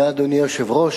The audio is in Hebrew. אדוני היושב-ראש,